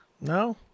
No